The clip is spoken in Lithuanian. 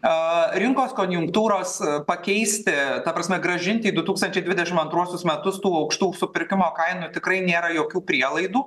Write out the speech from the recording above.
a rinkos konjunktūros pakeisti ta prasme grąžinti į du tūkstančiai dvidešimt antruosius metus tų aukštų supirkimo kainų tikrai nėra jokių prielaidų